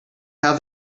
have